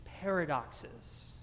paradoxes